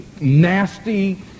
nasty